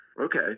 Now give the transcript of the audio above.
okay